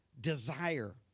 desire